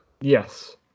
Yes